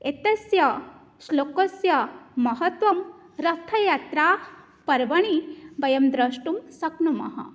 एतस्य श्लोकस्य महत्वं रथयात्रा पर्वणि वयं द्रष्टुं शक्नुमः